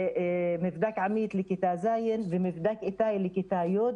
ומבדק עמי"ת לכיתה ז', ומבדק איתא"י לכיתה י'.